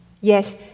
Yes